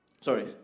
sorry